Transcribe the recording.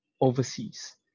overseas